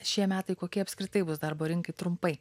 šie metai kokie apskritai bus darbo rinkai trumpai